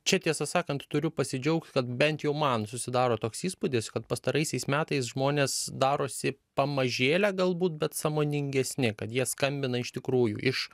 čia tiesą sakant turiu pasidžiaugt kad bent jau man susidaro toks įspūdis kad pastaraisiais metais žmonės darosi pamažėle galbūt bet sąmoningesni kad jie skambina iš tikrųjų iš